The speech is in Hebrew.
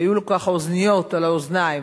היו לו ככה אוזניות על האוזניים,